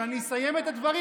כשאני אסיים את הדברים,